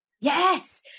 Yes